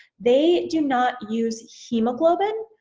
they do not use hemoglobin,